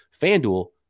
FanDuel